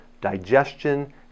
digestion